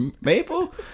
Maple